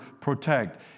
protect